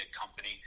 company